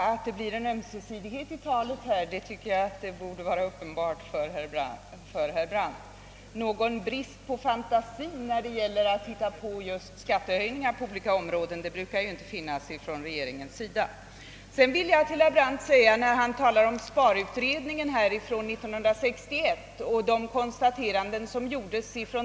Att det måste bli en sådan ömsesidighet i talet tycker jag borde vara uppenbart för herr Brandt. Någon brist på fantasi när det gäller att hitta på skattehöjningar på olika områden brukar ju inte regeringen ådagalägga. Herr Brandt talade om sparutredningen från 1961 och de konstateranden som gjordes av den.